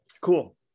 Cool